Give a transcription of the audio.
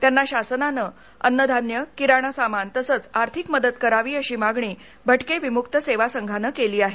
त्यांना शासनान अन्यधान्य किराणा सामान तसंचआर्थिक मदत करावी अशी मागणी भटके विमुक्त सेवा संघानं केली आहे